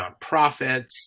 nonprofits